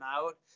out